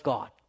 God